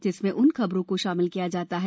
जिसमें उन खबरों को शामिल किया जाता है